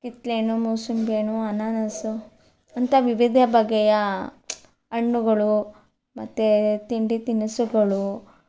ಕಿತ್ತಲೆ ಹಣ್ಣು ಮೂಸುಂಬಿ ಹಣ್ಣು ಅನಾನಸು ಅಂತ ವಿವಿಧ ಬಗೆಯ ಹಣ್ಣುಗಳು ಮತ್ತು ತಿಂಡಿ ತಿನಿಸುಗಳು